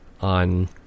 on